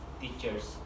teachers